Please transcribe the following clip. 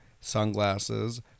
sunglasses